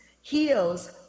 heals